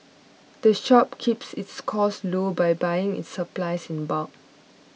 the shop keeps its costs low by buying its supplies in bulk